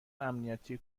امنیتی